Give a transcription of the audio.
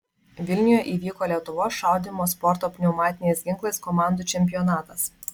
vilniuje įvyko lietuvos šaudymo sporto pneumatiniais ginklais komandų čempionatas